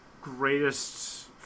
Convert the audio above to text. Greatest